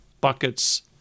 buckets